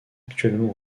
actuellement